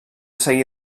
seguir